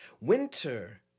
Winter